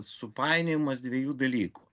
supainiojimas dviejų dalykų